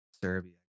Serbia